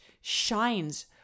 shines